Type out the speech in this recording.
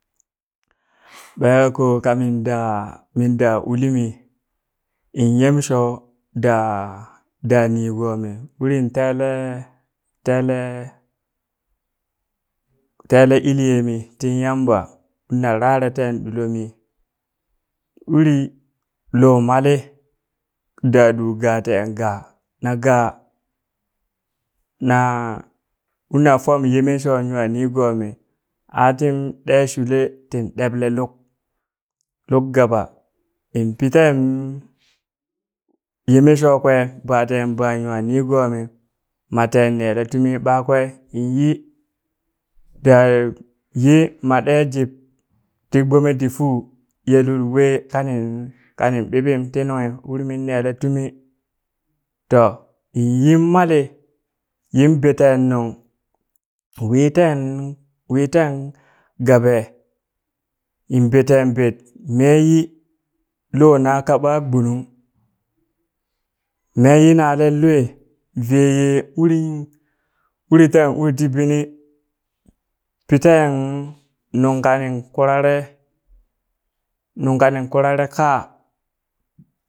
Ɓekako ka minda minda ulimi in yem sho da da nigomi urin tele tele tele ilyemi ti Yamba urna lare ten ɗulomi urin lo mali dadu gatenn ga na ga na urna fom yeme sho nwa nigomi atin ɗe shule tin ɗeble luk luk gaba in pi ten yeme sho kwe baten ba nwa nigomi maten nele tumi ɓakwe inyi da yi matɗe jib ti gbome ti fu ye lul we kani kanin ɓiɓim ti nunghi urin min nele tumi to inyi mali yin beten nung witen witen gaɓe in beten bet meyi lonaka ɓa gbunung me yi nalen lwe veye uri uri ten uri ti bini pi ten nung kani kurare nung kani kurera kaa